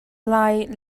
lie